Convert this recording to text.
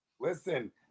listen